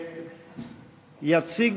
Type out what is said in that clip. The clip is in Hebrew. יציג